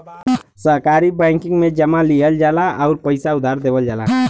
सहकारी बैंकिंग में जमा लिहल जाला आउर पइसा उधार देवल जाला